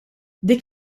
dik